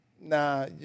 nah